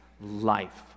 life